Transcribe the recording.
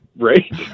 Right